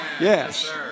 Yes